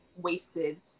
wasted